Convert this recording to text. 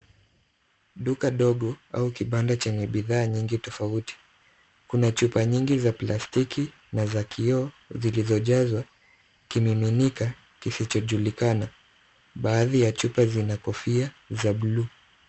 Duka dogo au kibanda chenye bidhaa nyingi tofauti. Kuna chupa nyingi za plastiki na za kioo zilizojazwa kimiminika kisichojulikana. Baadhi ya chupa zina kofia za buluu.